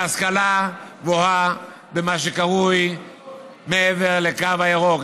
יש מוסדות להשכלה גבוהה במה שקרוי מעבר לקו הירוק,